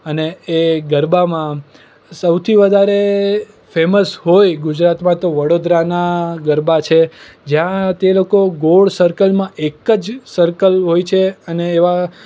અને એ ગરબામાં સૌથી વધારે ફેમસ હોય ગુજરાતમાં તો વડોદરાના ગરબા છે જ્યાં તે લોકો ગોળ સર્કલમાં એક જ સર્કલ હોય છે અને એવા